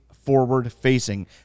forward-facing